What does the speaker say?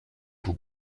tout